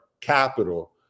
capital